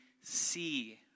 see